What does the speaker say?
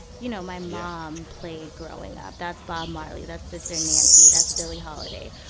you know, my mom played growing up. that's bob marley. that's sister nancy. that's billie holiday.